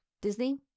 Disney